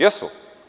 Jesu.